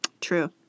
true